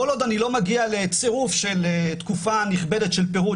כל עוד אני לא מגיע לצירוף של תקופה נכבדת של פירוד,